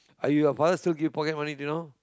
are your father still give pocket money to you now